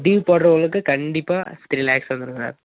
due போட்றவங்களுக்கு கண்டிப்பாக three lakhs வந்துரும் சார்